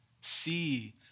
see